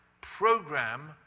program